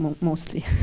mostly